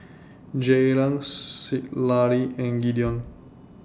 Jaylen Citlalli and Gideon